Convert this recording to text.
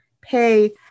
pay